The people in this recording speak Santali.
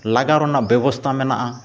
ᱞᱟᱜᱟᱣ ᱨᱮᱱᱟᱜ ᱵᱮᱵᱚᱥᱛᱷᱟ ᱢᱮᱱᱟᱜᱼᱟ